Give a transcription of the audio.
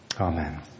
amen